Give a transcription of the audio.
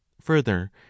further